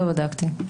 לא בדקתי.